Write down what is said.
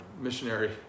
missionary